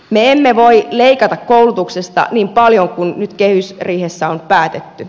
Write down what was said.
me emme voi leikata koulutuksesta niin paljon kuin nyt kehysriihessä on päätetty